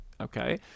okay